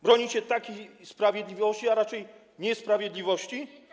Bronicie takiej sprawiedliwości, a raczej niesprawiedliwości?